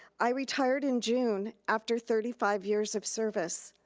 i retired in june after thirty five years of service.